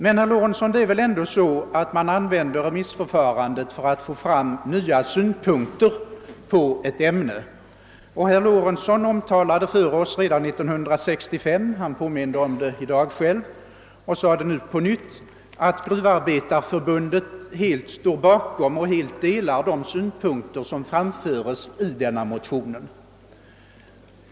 Men, herr Lorentzon, det är ju så att man använder remissförfarandet för att få fram nya synpunkter på ett ämne, och herr Lorentzon anmälde redan 1965 — han påminde om det tidigare i dag och nämnde det nu på nytt — att Gruvindustriarbetareförbundet helt står bakom och delar de synpunkter som framföres i motionen.